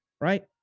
right